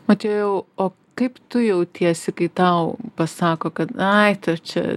motiejau o kaip tu jautiesi kai tau pasako kad ai tau čia